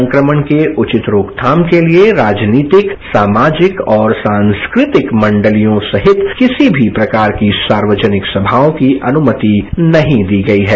संक्रमण के उचित रोकथाम के लिए राजनीतिक सामाजिक और सांस्कृतिक मंडलियों सहित किसी भी प्रकार की सार्वजनिक समाओं की अनुमति नहीं दी गई है